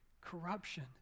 corruption